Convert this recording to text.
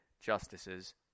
justices